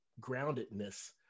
groundedness